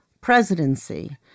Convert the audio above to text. presidency